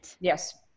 Yes